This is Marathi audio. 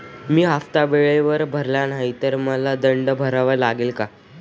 मी हफ्ता वेळेवर भरला नाही तर मला दंड भरावा लागेल का?